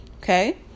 Okay